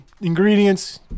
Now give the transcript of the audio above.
ingredients